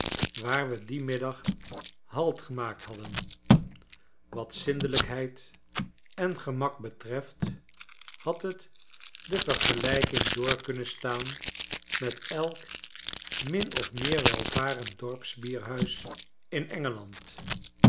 waar we dien middag halt gemaakt hadden wat zindelijkheid en gemak betreft had het de vergelijking door kunnen staanmet elk min of meer welvarend dorpsbierhuis in